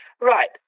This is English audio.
Right